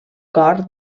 cor